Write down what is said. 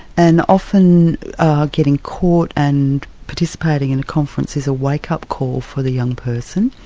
and often getting caught and participating in a conference is a wake-up call for the young person.